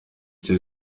cya